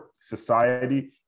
Society